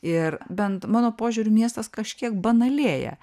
ir bent mano požiūriu miestas kažkiek banalėja